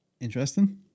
Interesting